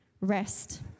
rest